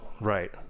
Right